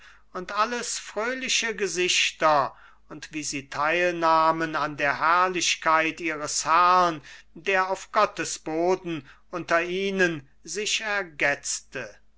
und alles fröhliche gesichter und wie sie teilnahmen an der herrlichkeit ihres herrn der auf gottes boden unter ihnen sich ergetzte